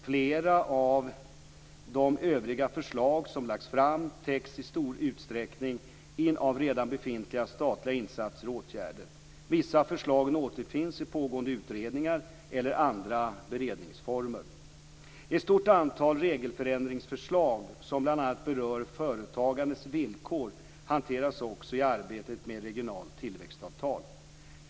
Flera av de övriga förslag som lagts fram täcks i stor utsträckning in av redan befintliga statliga insatser och åtgärder. Vissa av förslagen återfinns i pågående utredningar eller andra beredningsformer. Ett stort antal regelförändringsförslag som bl.a. berör företagandets villkor hanteras också i arbetet med regionala tillväxtavtal.